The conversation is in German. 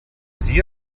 sie